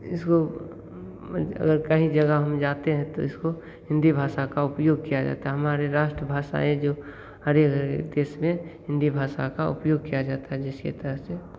इसको अगर कहीं जगह हम जाते हैं तो इसको हिन्दी भाषा का उपयोग किया जाता हमारे राष्ट्र भाषाएँ जो हरेक केस में हिंदी भाषा का उपयोग किया जाता है जिसकी तरह से